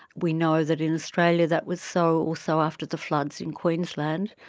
we know that in australia that was so also after the floods in queensland.